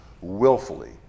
willfully